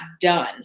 done